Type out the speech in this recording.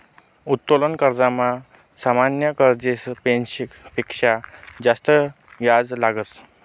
उत्तोलन कर्जमा सामान्य कर्जस पेक्शा जास्त याज लागस